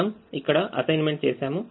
మనం ఇక్కడ అసైన్మెంట్ చేసాము